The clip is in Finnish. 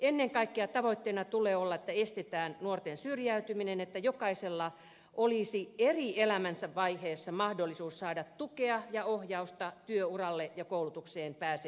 ennen kaikkea tavoitteena tulee olla että estetään nuorten syrjäytyminen että jokaisella olisi elämänsä eri vaiheissa mahdollisuus saada tukea ja ohjausta työuralle ja koulutukseen pääsemisessä